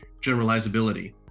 generalizability